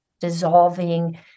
dissolving